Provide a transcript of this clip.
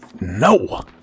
no